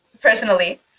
personally